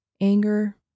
anger